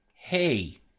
Hey